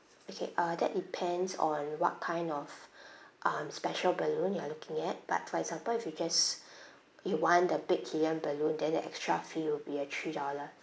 okay uh that depends on what kind of um special balloon you are looking at but for example if you just you want the big helium balloon then the extra fee will be at three dollars